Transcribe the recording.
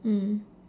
mm